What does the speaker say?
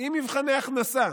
עם מבחני הכנסה,